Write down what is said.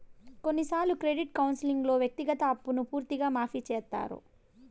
కొన్నిసార్లు క్రెడిట్ కౌన్సిలింగ్లో వ్యక్తిగత అప్పును పూర్తిగా మాఫీ చేత్తారు